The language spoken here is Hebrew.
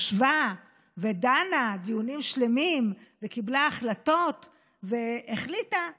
הכנסת ישבה ודנה דיונים שלמים וקיבלה החלטות והחליטה שאנחנו,